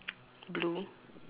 blue